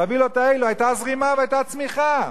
בווילות האלו היתה זרימה והיתה צמיחה,